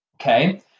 okay